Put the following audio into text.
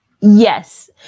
Yes